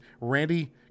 Randy